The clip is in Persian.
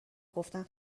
گفتن